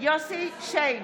יוסף שיין,